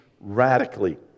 radically